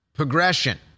progression